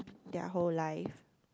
their whole life